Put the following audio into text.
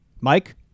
Mike